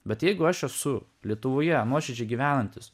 bet jeigu aš esu lietuvoje nuoširdžiai gyvenantys